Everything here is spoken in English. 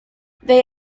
they